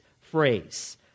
phrase